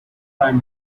prime